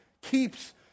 keeps